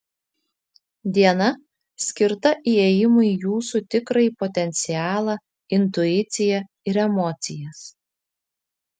diena skirta įėjimui į jūsų tikrąjį potencialą intuiciją ir emocijas